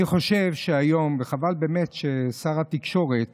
אני חושב שהיום, וחבל באמת ששר התקשורת